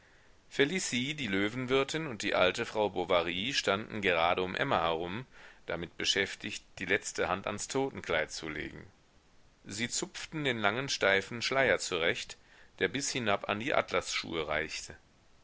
felicie die löwenwirtin und die alte frau bovary standen gerade um emma herum damit beschäftigt die letzte hand ans totenkleid zu legen sie zupften den langen steifen schleier zurecht der bis hinab an die atlasschuhe reichte